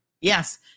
Yes